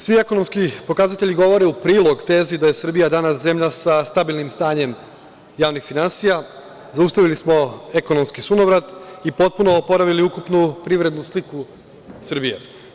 Svi ekonomski pokazatelji govore u prilog tezi da je Srbija danas zemlja sa stabilnim stanjem javnih finansija, zaustavili smo ekonomski sunovrati i potpuno oporavili ukupnu privrednu sliku Srbije.